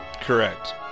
Correct